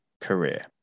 career